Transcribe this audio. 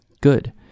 Good